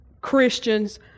Christians